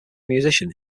musician